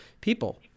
people